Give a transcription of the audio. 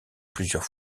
plusieurs